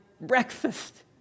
breakfast